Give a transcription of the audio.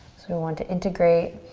so we want to integrate.